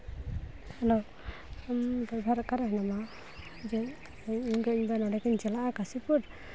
hello driver ᱚᱠᱟᱨᱮ ᱢᱮᱱᱟᱢᱟ ᱡᱮ ᱤᱧᱜᱚ ᱤᱧᱵᱟ ᱱᱚᱸᱰᱮ ᱠᱤᱱ ᱪᱟᱞᱟᱜᱼᱟ ᱠᱟᱹᱥᱤᱯᱩᱨ